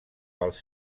pels